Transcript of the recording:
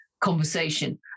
conversation